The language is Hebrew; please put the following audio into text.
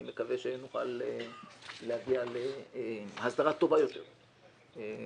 אני מקווה שנוכל להגיע להסדרה טובה יותר אבל